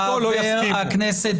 בעבר בהווה ובעתיד,